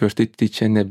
prieš tai čia ne